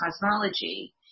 cosmology